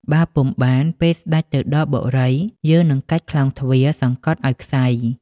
បើពុំបាន ពេលស្តេចទៅដល់បុរី យើងនឹងកាច់ក្លោងទ្វារសង្កត់ឱ្យក្ស័យ។